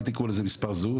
אל תקראו לזה מספר זהות,